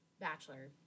bachelor